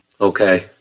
Okay